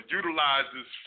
utilizes